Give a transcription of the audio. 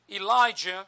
Elijah